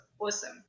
awesome